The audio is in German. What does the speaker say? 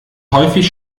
häufig